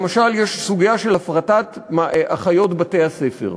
למשל, יש סוגיה של הפרטת אחיות בתי-הספר,